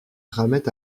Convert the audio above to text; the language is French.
ramait